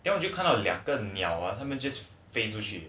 then 我就看到两个鸟 !wah! 他们 just 飞出去